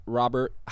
robert